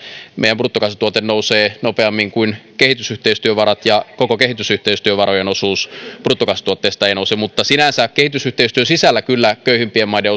meidän bruttokansantuotteemme nousee nopeammin kuin kehitysyhteistyövarat koko kehitysyhteistyövarojen osuus bruttokansantuotteesta ei nouse mutta sinänsä kehitysyhteistyön sisällä kyllä köyhimpien maiden